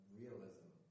realism